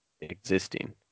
existing